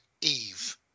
Eve